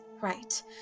right